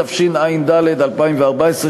התשע"ד 2014,